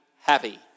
happy